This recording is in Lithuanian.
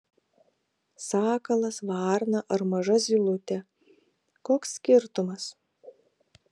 sakalas varna ar maža zylutė koks skirtumas